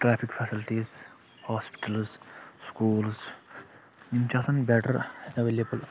traffic facilities hospitals schools یِم چھِ آسان بیٚٹر اٮ۪ولیبٕل